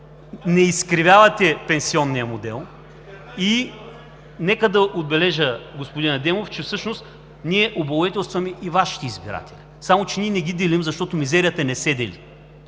не изкривявате пенсионния модел. Нека да отбележа, господин Адемов, че всъщност ние облагодетелстваме и Вашите избиратели. Само че ние не ги делим, защото мизерията не се дели.